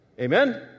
Amen